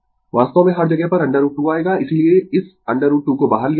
वास्तव में हर जगह पर √ 2 आएगा इसीलिए इस √ 2 को बाहर लिया जाता है